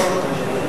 טוב.